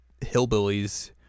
hillbillies